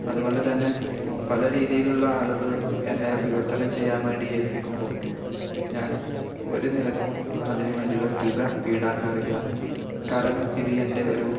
അതുകൊണ്ടുതന്നെ പല രീതിയിലുള്ള ആളുകൾ എന്നെ വിവർത്തനം ചെയ്യാൻ വേണ്ടി ഏൽപ്പിക്കുമ്പോൾ ഞാൻ ഒരു നിലയ്ക്കും അതിനു വേണ്ടിയുള്ള തുക ഈടാക്കാറില്ല കാരണം ഇത് എൻ്റെ ഒരു